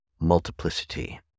multiplicity